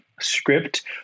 script